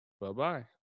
Bye-bye